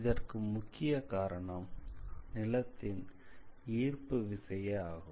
இதற்கு முக்கிய காரணம் நிலத்தின் ஈர்ப்பு விசையே ஆகும்